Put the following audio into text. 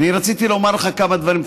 אני רציתי לומר לך כמה דברים.